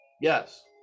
Yes